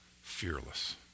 fearless